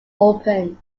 opened